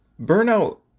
Burnout